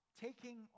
taking